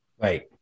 Right